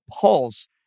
Pulse